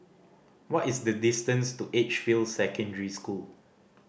what is the distance to Edgefield Secondary School